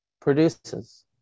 produces